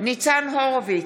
ניצן הורוביץ,